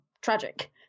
tragic